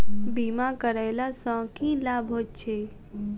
बीमा करैला सअ की लाभ होइत छी?